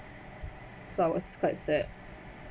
so I was quite sad